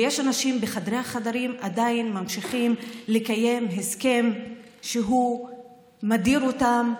ויש אנשים שבחדרי חדרים עדיין ממשיכים לקיים הסכם שמדיר אותם,